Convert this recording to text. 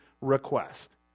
request